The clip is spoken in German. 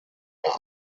der